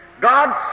God